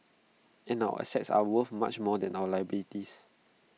and our assets are worth much more than our liabilities